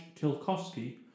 Tilkovsky